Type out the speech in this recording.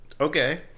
Okay